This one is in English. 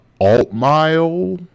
alt-mile